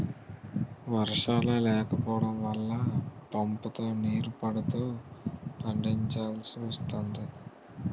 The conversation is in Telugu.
వర్షాలే లేకపోడం వల్ల పంపుతో నీరు పడుతూ పండిచాల్సి వస్తోంది